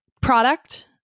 Product